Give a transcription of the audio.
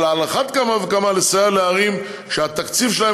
אבל על אחת כמה וכמה לסייע לערים שהתקציב שלהן